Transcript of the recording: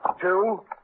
Two